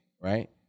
right